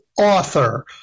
author